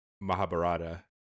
Mahabharata